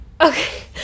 Okay